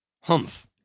Humph